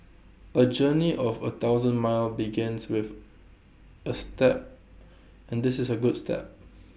A journey of A thousand miles begins with A step and this is A good step